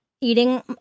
eating